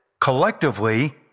collectively